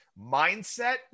mindset